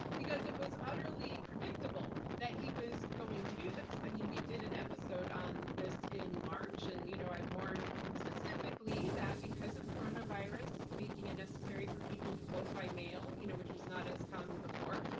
because it was utterly predictable that he was going to do this. i mean, we did an episode on this in march, and you know i warned specifically that, because of coronavirus making it necessary for people to vote by mail, you know which was not as common before,